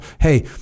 hey